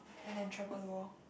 and then travel the world